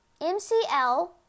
MCL